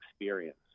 experience